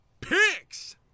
picks